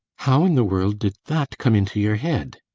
how in the world did that come into your head?